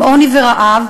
עם עוני ורעב,